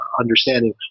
understanding